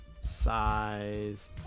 size